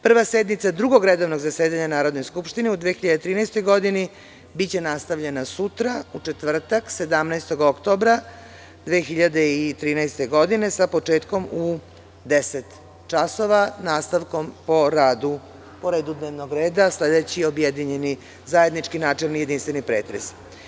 Prva sednica Drugog redovnog zasedanja Narodne skupštine u 2013. godini biće nastavljena sutra, u četvrtak 17. oktobra 2013. godine sa početkom u 10,00 časova, nastavkom po redu dnevnog reda sledeći objedinjeni zajednički načelni i jedinstveni pretres.